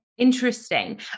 Interesting